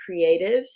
creatives